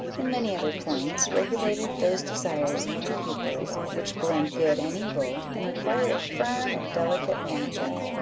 in many other points, regulated those desires in her pupils which blend good and evil, and require a firm and delicate management.